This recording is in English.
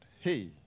Hey